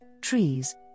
trees